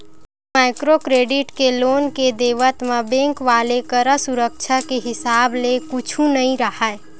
micro credit के loan के देवत म बेंक वाले करा सुरक्छा के हिसाब ले कुछु नइ राहय